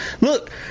Look